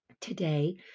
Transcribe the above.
Today